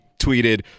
tweeted